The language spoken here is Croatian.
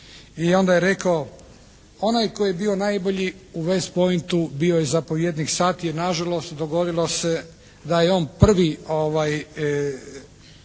i onda je rekao onaj tko je bio najbolji u West Pointu bio je zapovjednik satnije. Nažalost, dogodilo se da je on prvi